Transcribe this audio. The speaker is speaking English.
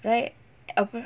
right